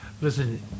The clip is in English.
Listen